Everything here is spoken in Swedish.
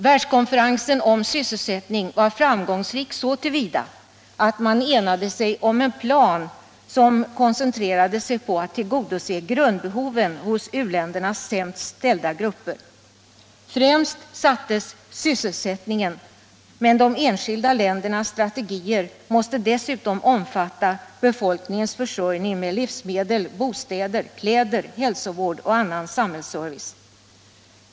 Världskonferensen om sysselsättningen var framgångsrik så till vida att man enade sig om en plan som koncentrerade sig på att tillgodose grundbehoven hos u-ländernas sämst ställda grupper. Främst sattes sysselsättningen, men de enskilda ländernas strategier måste dessutom omfatta befolkningens försörjning med livsmedel, bostäder, kläder, hälsovård och annan samhällsservice.